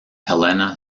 helena